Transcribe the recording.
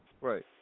right